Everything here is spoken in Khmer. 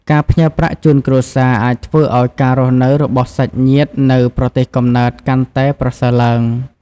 ការផ្ញើប្រាក់ជូនគ្រួសារអាចធ្វើឱ្យការរស់នៅរបស់សាច់ញាតិនៅប្រទេសកំណើតកាន់តែប្រសើរឡើង។